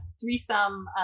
threesome